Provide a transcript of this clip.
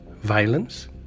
Violence